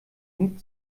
hut